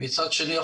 מצד שני,